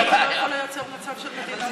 אבל אי-אפשר לייצר מצב של מדינה,